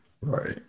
Right